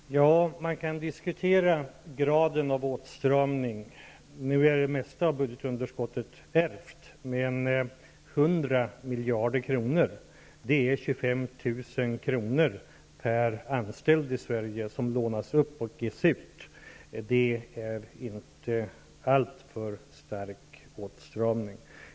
Herr talman! Man kan diskutera graden av åtstramning. Det mesta av budgetunderskottet är ärvt, men 100 miljarder kronor innebär att 25 000 kr. per anställd i Sverige lånas upp och ges ut. Det är inte fråga om någon alltför stark åtstramning.